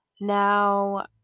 now